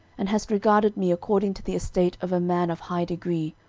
and hast regarded me according to the estate of a man of high degree,